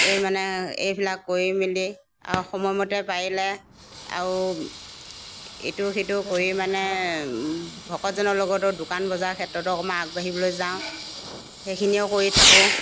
এইমানে এইবিলাক কৰি মেলি আৰু সময়মতে পাৰিলে আৰু ইটো সিটো কৰি মানে ভকতজনৰ লগতো দোকান বজাৰ ক্ষেত্ৰতো অকণমান আগবাঢ়িবলৈ যাওঁ সেইখিনিও কৰি থাকোঁ